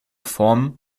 form